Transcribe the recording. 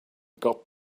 got